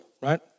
right